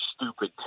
stupid